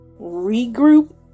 Regroup